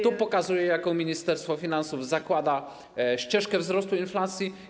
To pokazuje, jaką Ministerstwo Finansów zakłada ścieżkę wzrostu inflacji.